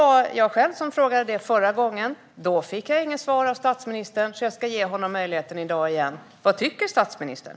Jag själv ställde en fråga vid förra frågestunden. Då fick jag inget svar av statsministern, så jag ska ge honom möjligheten i dag igen. Vad tycker statsministern?